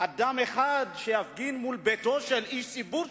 אדם אחד שיפגין מול ביתו של איש ציבור,